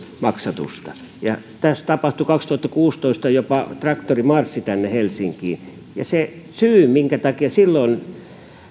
maksatusta ja tässä tapahtui kaksituhattakuusitoista jopa traktorimarssi tänne helsinkiin ja se syy minkä takia silloin